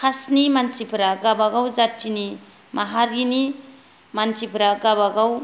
कासनि मानसिफोरा गावबा गाव जातिनि माहारिनि मानसिफोरा गावबा गाव